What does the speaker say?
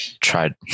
tried